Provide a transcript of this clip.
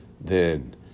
Then